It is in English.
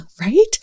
right